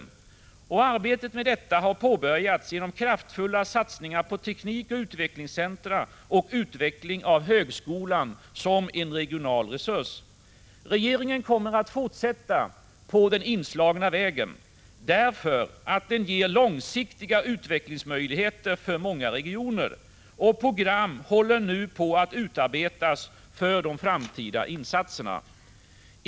Arbetet med detta har påbörjats genom kraftfulla satsningar på teknikoch utvecklingscentra och utveckling av högskolan som en regional resurs. Regeringen kommer att fortsätta på den inslagna vägen, därför att den ger — Prot. 1985/86:148 långsiktiga utvecklingsmöjligheter för många regioner. Program håller nu på 22 maj 1986 att utarbetas för de framtida insatserna.